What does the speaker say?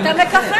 אתה מככב.